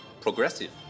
Progressive